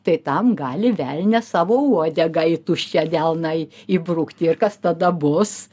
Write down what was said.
tai tam gali velnias savo uodegą į tuščią delną įbrukti ir kas tada bus